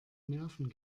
nerven